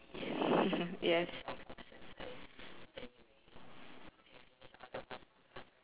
yes